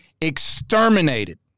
exterminated